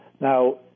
Now